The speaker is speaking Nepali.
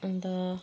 अन्त